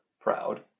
proud